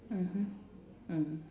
mmhmm mm